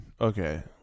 Okay